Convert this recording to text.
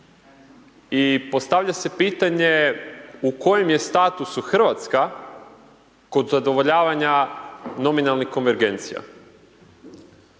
i postavlja se pitanje u kojem je statusu Hrvatska kod zadovoljavanja nominalnih konvergencija.